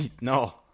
no